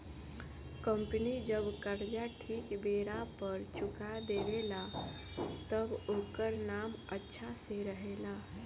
company जब कर्जा ठीक बेरा पर चुका देवे ला तब ओकर नाम अच्छा से रहेला